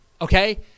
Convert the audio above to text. Okay